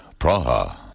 Praha